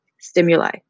stimuli